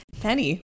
Penny